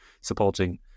supporting